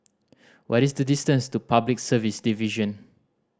what is the distance to Public Service Division